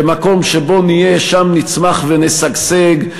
במקום שבו נהיה, שם נצמח ונשגשג.